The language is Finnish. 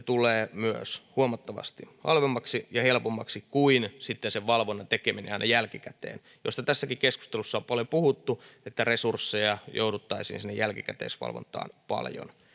tulee myös huomattavasti halvemmaksi ja helpommaksi kuin sitten sen valvonnan tekeminen aina jälkikäteen tässäkin keskustelussa on paljon puhuttu että resursseja jouduttaisiin sinne jälkikäteisvalvontaan paljon